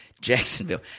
Jacksonville